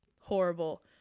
horrible